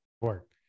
work